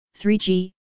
3G